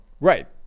Right